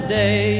day